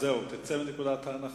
זהו, תצא מנקודת ההנחה.